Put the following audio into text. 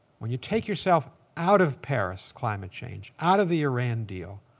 when you take yourself out of paris climate change, out of the iran deal,